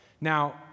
Now